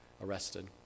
arrested